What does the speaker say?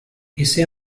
ese